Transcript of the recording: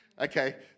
okay